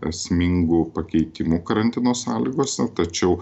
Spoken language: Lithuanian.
esmingų pakeitimų karantino sąlygose tačiau